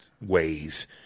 ways